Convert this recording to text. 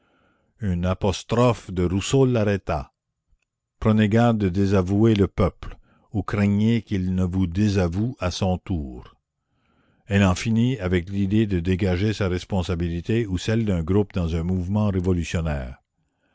une apostrophe de rousseau l'arrêta prenez garde de désavouer le peuple ou craignez qu'il ne vous désavoue à son tour elle en finit avec l'idée de dégager sa responsabilité ou celle d'un groupe dans un mouvement révolutionnaire